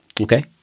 Okay